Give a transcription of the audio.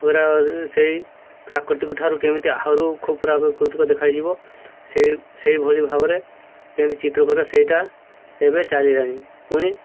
ପୁରା ସେଇ ପ୍ରାକୃତିକ ଠାରୁ କେମିତି ଆହୁରି ଖୁବ ପ୍ରାକୃତିକ ଦେଖାଯିବ ସେଇ ସେଇଭଳି ଭାବରେ କେମିତି ଚିତ୍ରକର ସେଇଟା ଏବେ ଚାଲିଲାଣି ପୁଣି